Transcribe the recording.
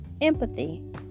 empathy